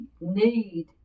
need